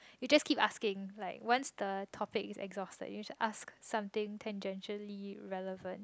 you just keep asking like once the topic is exhausted you ask something tangentially relevant